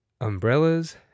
umbrellas